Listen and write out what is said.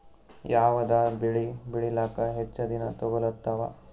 ಯಾವದ ಬೆಳಿ ಬೇಳಿಲಾಕ ಹೆಚ್ಚ ದಿನಾ ತೋಗತ್ತಾವ?